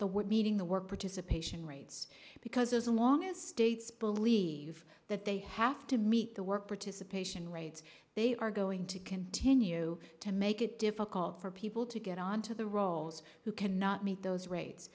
would meeting the work participation rates because those along with states believe that they have to meet the work participation rates they are going to continue to make it difficult for people to get onto the rolls who cannot meet those rates